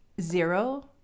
zero